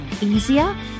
easier